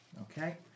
Okay